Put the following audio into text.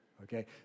Okay